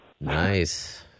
Nice